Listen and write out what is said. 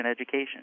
education